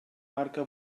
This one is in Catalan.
marca